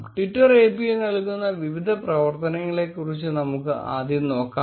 Twitter API നൽകുന്ന വിവിധ പ്രവർത്തനങ്ങളെക്കുറിച്ച് നമുക്ക് ആദ്യം നോക്കാം